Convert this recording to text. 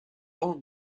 langues